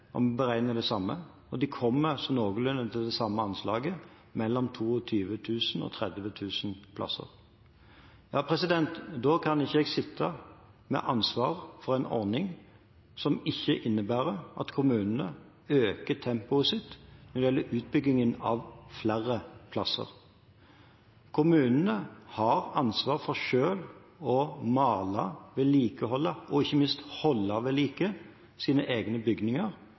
om å beregne det samme, og de kommer til noenlunde det samme anslaget: mellom 22 000 og 30 000 plasser. Da kan ikke jeg sitte med ansvar for en ordning som ikke innebærer at kommunene øker tempoet når det gjelder utbyggingen av flere plasser. Kommunene har ansvar for selv å male og ikke minst holde ved like sine egne bygninger